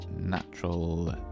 natural